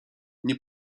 nie